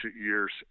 years